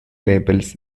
labels